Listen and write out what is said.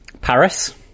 Paris